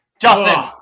Justin